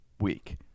week